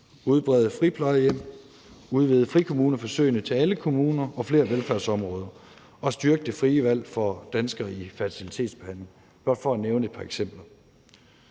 udbrede friplejehjem, at udvide frikommuneforsøgene til alle kommuner og flere velfærdsområder og at styrke det frie valg for danskere i fertilitetsbehandling, blot for at nævne et par eksempler.